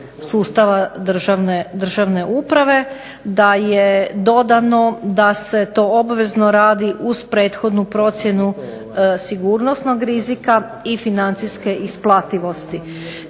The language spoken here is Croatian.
sustava državne uprave, da je dodano da se to obvezno radi uz prethodnu procjenu sigurnosnog rizika i financijske isplativosti.